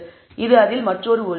இது அதில் மற்றொரு வழி